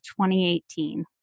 2018